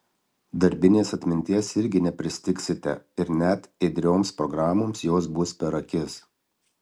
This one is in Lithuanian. darbinės atminties irgi nepristigsite ir net ėdrioms programoms jos bus per akis